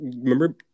Remember